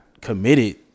committed